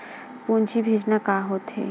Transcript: पूंजी भेजना का होथे?